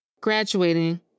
graduating